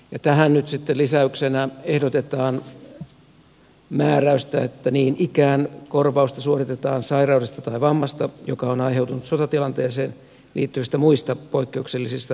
tähän nyt sitten lisäyksenä ehdotetaan määräystä että niin ikään korvausta suoritetaan sairaudesta tai vammasta joka on aiheutunut sotatilanteeseen liittyvistä muista poikkeuksellisista olosuhteista